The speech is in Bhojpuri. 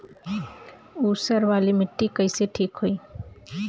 ऊसर वाली मिट्टी कईसे ठीक होई?